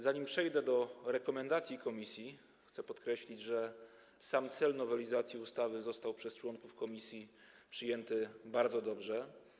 Zanim przejdę do przedstawienia rekomendacji komisji, chcę podkreślić, że sam cel nowelizacji ustawy został przez członków komisji przyjęty bardzo dobrze.